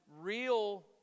real